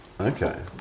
Okay